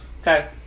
Okay